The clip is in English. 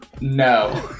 No